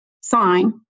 sign